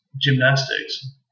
gymnastics